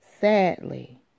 Sadly